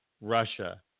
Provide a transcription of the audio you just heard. Russia